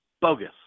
bogus